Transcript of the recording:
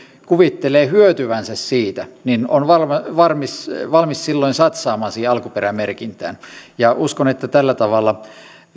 kuvittelee hyötyvänsä siitä on valmis valmis silloin satsaamaan siihen alkuperämerkintään uskon että tällä tavalla